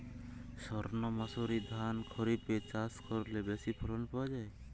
সর্ণমাসুরি ধান খরিপে চাষ করলে বেশি ফলন পাওয়া যায়?